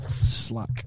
Slack